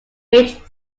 rich